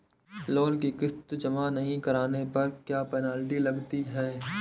Loan की किश्त जमा नहीं कराने पर क्या पेनल्टी लगती है?